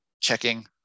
checking